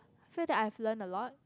feel that I've learnt a lot